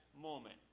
moment